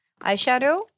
eyeshadow